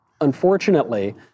Unfortunately